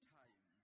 time